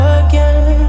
again